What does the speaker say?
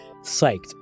psyched